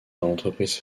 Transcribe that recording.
l’entreprise